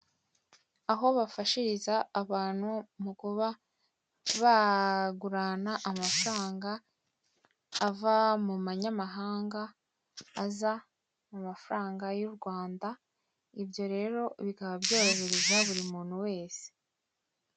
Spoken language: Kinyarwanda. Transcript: Aho bafashiriza abantu mu kuba bagurana amafaranga, ava mu manyamahanga, aza mu mafaranga y'u Rwanda, ibyo rero bika byorohereza buri muntu wese.